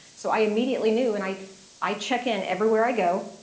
so i immediately knew and i i check in everywhere i go,